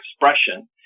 expression